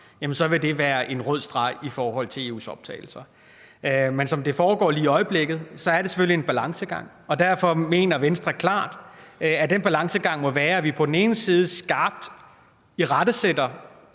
vil det være en rød streg i forhold til en EU-optagelse. Men som det foregår lige i øjeblikket, er det selvfølgelig en balancegang, og derfor mener Venstre klart, at den balancegang må være, at vi på den ene side skarpt irettesætter